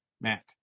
Matt